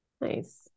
Nice